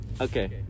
okay